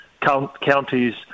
counties